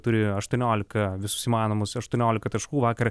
turėjo aštuoniolika visus įmanomus aštuoniolika taškų vakar